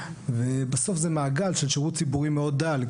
ובסוף זה מעגל של שירות ציבורי מאוד דל,